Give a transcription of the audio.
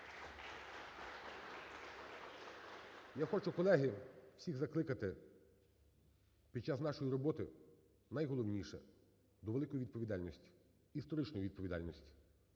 Я хочу, колеги, всіх закликати під час нашої роботи найголовніше – до великої відповідальності, історичної відповідальності.